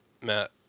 Matt